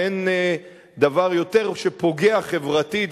ואין דבר שיותר פוגע חברתית,